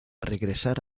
regresar